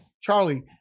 Charlie